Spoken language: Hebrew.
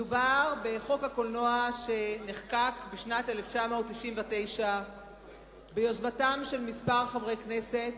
מדובר בחוק הקולנוע שנחקק בשנת 1999 ביוזמתם של כמה חברי כנסת.